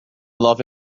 love